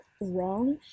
wrong